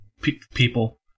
people